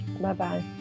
bye-bye